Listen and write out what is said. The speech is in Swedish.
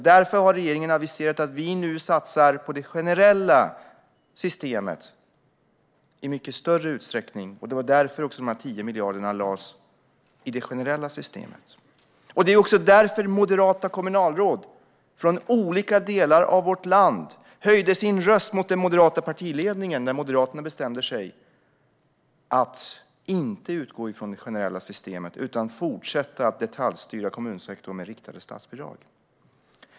Därför har regeringen aviserat att vi nu satsar på det generella systemet i mycket större utsträckning. Det var därför de 10 miljarderna lades i det generella systemet. Det var också därför moderata kommunalråd från olika delar av vårt land höjde sin röst mot den moderata partiledningen när Moderaterna bestämde sig för att inte utgå från det generella systemet utan fortsätta att detaljstyra kommunsektorn med riktade statsbidrag.